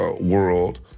world